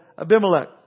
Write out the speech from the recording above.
Abimelech